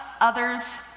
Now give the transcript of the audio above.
others